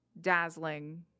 dazzling